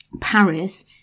Paris